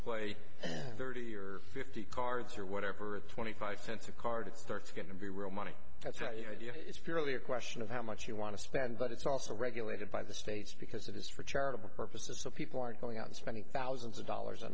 play thirty or fifty cards or whatever at twenty five cents a card it starts going to be real money that's you know it's purely a question of how much you want to spend but it's also regulated by the states because it is for charitable purposes so people aren't going out and spending thousands of dollars a